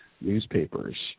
newspapers